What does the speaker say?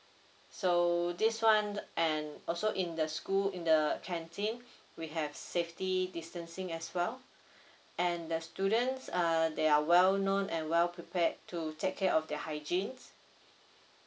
so this one and also in the school in the canteen we have safety distancing as well and the students err they are well known and well prepared to take care of their hygienes